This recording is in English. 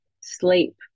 sleep